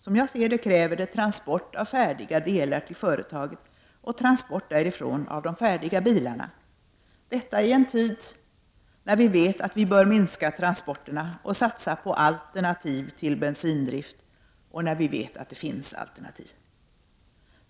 Som jag ser det kräver det transport av färdiga delar till företaget och transport därifrån av de färdiga bilarna, detta i en tid när vi vet att vi bör minska transporterna och satsa på alternativ till bensindrift, och när vi vet att det finns alternativ.